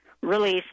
release